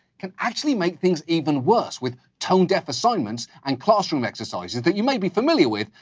can actually make things even worse, with tone-deaf assignments, and classroom exercises that you may be familiar with,